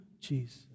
Jesus